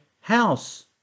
house